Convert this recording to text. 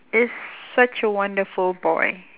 is such a wonderful boy